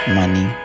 money